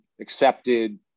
accepted